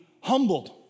humbled